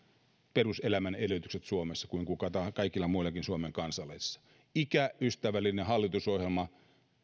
peruselämänedellytykset suomessa kuin kaikilla muillakin suomen kansalaisilla ikäystävällinen hallitusohjelma